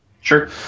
Sure